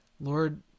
Lord